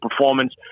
performance